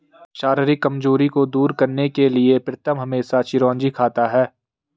शारीरिक कमजोरी को दूर करने के लिए प्रीतम हमेशा चिरौंजी खाता है